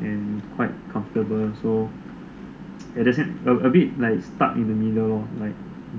and quite comfortable so a bit like stuck in the middle uh